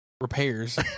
repairs